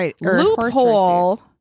loophole